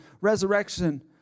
resurrection